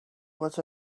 was